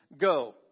go